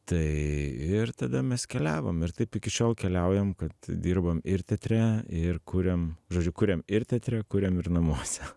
tai ir tada mes keliavom ir taip iki šiol keliaujam kad dirbam ir teatre ir kuriam žodžiu kuriam ir teatre kuriam ir namuose